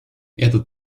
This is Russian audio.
этот